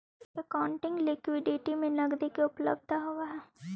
accounting liquidity में नकदी के उपलब्धता होवऽ हई